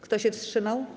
Kto się wstrzymał?